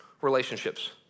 Relationships